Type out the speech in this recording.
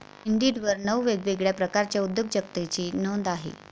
इंडिडवर नऊ वेगवेगळ्या प्रकारच्या उद्योजकतेची नोंद आहे